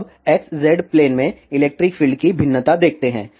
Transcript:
अब xz plane में electric field की भिन्नता देखते हैं